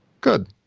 Good